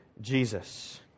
Jesus